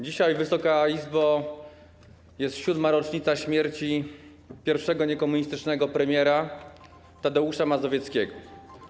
Dzisiaj, Wysoka Izbo, jest 7. rocznica śmierci pierwszego niekomunistycznego premiera Tadeusza Mazowieckiego.